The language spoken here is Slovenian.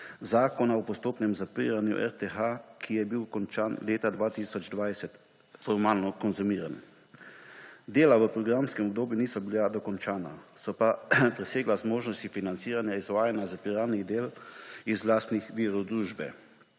zakona o postopnem zapiranju RTH, ki je bil končan leta 2020, formalno konzumiran. Dela v programskem obdobju niso bila dokončana, so pa presegla zmožnosti financiranja izvajanja zapiralnih del iz lastnih virov družbe